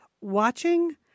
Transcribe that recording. watching